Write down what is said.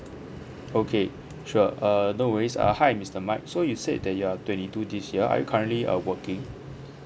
okay sure err no worries uh hi mister mike so you said that you are twenty two this year are you currently uh working